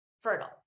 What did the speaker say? fertile